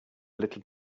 little